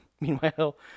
Meanwhile